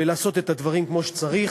ולעשות את הדברים כמו שצריך.